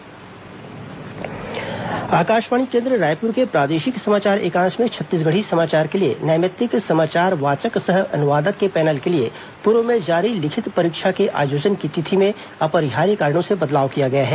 Chhattisgarhi panel Akashvani केंद्र रायपुर के प्रादेशिक समाचार एकांश में छत्तीसगढ़ी समाचार के लिए नैमित्तिक समाचार वाचक सह अनुवादक के पैनल के लिए पूर्व में जारी लिखित परीक्षा के आयोजन की तिथि में अपरिहार्य कारणों से बदलाव किया गया है